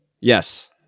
Yes